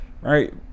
Right